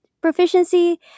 proficiency